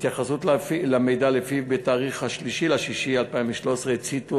התייחסות למידע שלפיו ב-3 ביוני 2013 הציתו